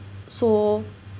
so